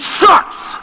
sucks